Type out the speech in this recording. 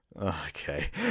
Okay